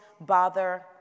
bother